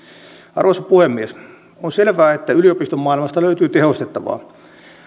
arvoisa puhemies on selvää että yliopiston maailmasta löytyy tehostettavaa